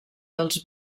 dels